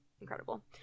incredible